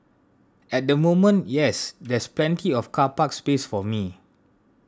at the moment yes there's plenty of car park space for me